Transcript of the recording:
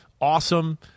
awesome